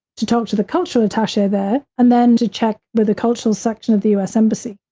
to talk to the cultural attache there, and then to check the the cultural section of the us embassy.